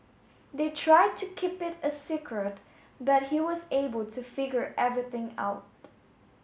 they tried to keep it a secret but he was able to figure everything out